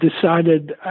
decided